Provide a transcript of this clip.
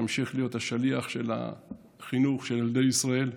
תמשיך להיות השליח של החינוך של ילדי ישראל,